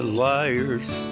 liar's